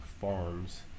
farms